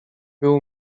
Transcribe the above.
był